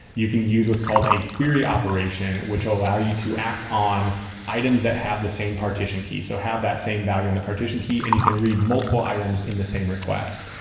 you can use what's called a query operation, which allow you to act on items that have the same partition key, so have that same value in the partition key and you can read multiple items in the same request.